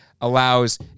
allows